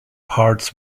parts